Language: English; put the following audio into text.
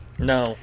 No